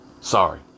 Sorry